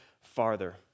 farther